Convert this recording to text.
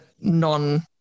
non